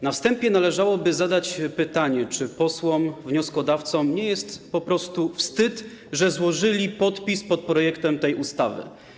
Na wstępie należałoby zadać pytanie, czy posłom wnioskodawcom nie jest po prostu wstyd, że złożyli podpis pod projektem tej ustawy.